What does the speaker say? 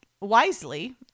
wisely